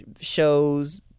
shows